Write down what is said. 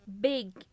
big